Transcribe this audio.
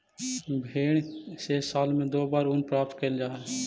भेंड से साल में दो बार ऊन प्राप्त कैल जा हइ